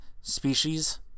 species